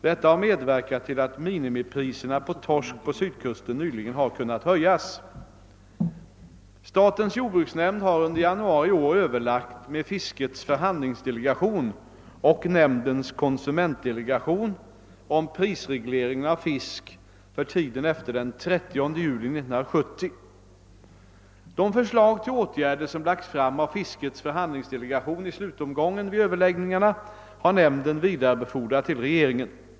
Detta har medverkat till att minimipriserna på torsk på sydkusten nyligen har kunnat höjas. Statens jordbruksnämnd har under januari i år överlagt med fiskets för handlingsdelegation och nämndens konsumentdelegation om Pprisregleringen av fisk för tiden efter den 30 juni 1970. De förslag till åtgärder som lagts fram av fiskets förhandlingsdelegation i slutomgången vid överläggningarna har nämnden vidarebefordrat till regeringen.